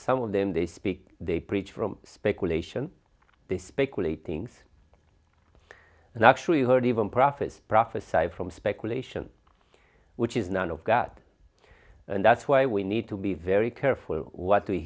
some of them they speak they preach from speculation this speculating and actually heard even prophets prophesied from speculation which is none of god and that's why we need to be very careful what we